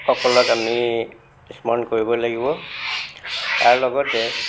সকলক আমি স্মৰণ কৰিবই লাগিব তাৰ লগতে